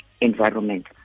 environment